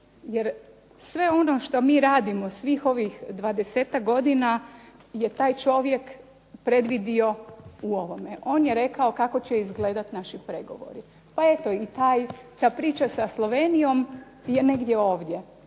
jer sve ono što mi radimo svih ovih 20-tak godina je taj čovjek predvidio u ovome. On je rekao kako će izgledat naši pregovori, pa eto i ta priča sa Slovenijom je negdje ovdje.